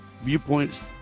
viewpoints